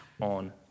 on